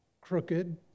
crooked